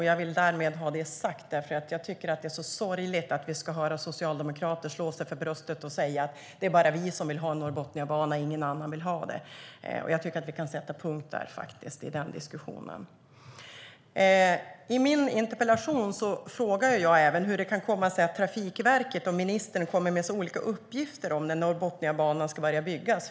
Jag vill därmed ha detta sagt, för jag tycker att det är sorgligt att vi ska höra socialdemokrater slå sig för bröstet och säga: Det är bara vi som vill ha en Norrbotniabana. Ingen annan vill ha det! Jag tycker att vi kan sätta punkt i den diskussionen.I min interpellation frågar jag även hur det kan komma sig att Trafikverket och ministern kommer med så olika uppgifter om när Norrbotniabanan ska börja byggas.